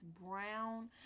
brown